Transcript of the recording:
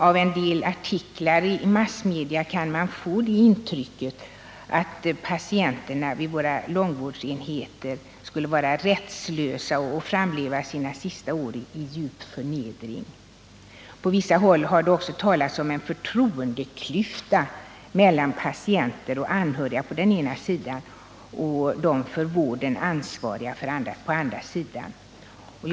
Av en del artiklar i massmedia kan man få det intrycket att patienterna vid våra långvårdsenheter skulle vara rättslösa och framleva sina sista år i djup förnedring. På vissa håll har det också talats om en förtroendeklyfta mellan å ena sidan patienterna och deras anhöriga och å andra sidan de vårdansvariga.